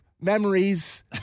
memories